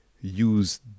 use